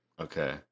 Okay